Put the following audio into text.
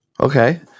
Okay